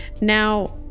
Now